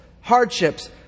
hardships